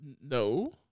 No